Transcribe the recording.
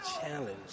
challenge